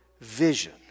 vision